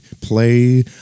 play